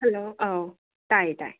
hello ꯑꯧ ꯇꯥꯏꯌꯦ ꯇꯥꯏꯌꯦ